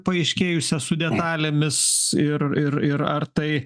paaiškėjusias su detalėmis ir ir ir ar tai